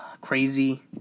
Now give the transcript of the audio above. crazy